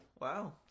wow